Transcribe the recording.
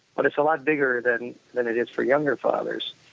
but it's a lot bigger than than it is for younger fathers.